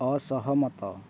ଅସହମତ